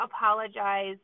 apologize